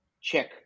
check